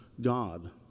God